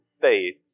faith